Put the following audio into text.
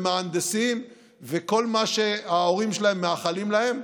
מהנדסים וכל מה שההורים שלהם מאחלים להם,